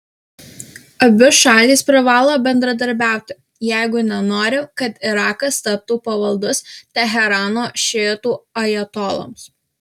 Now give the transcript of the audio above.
abi šalys privalo bendradarbiauti jeigu nenori kad irakas taptų pavaldus teherano šiitų ajatoloms